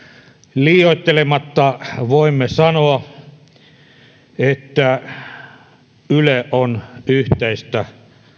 liioittelematta voimme sanoa että yle on yhteistä